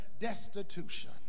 destitution